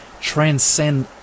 transcend